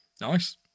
nice